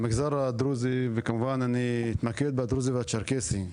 אני אתמקד במגזר הדרוזי והצ'רקסי.